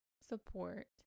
support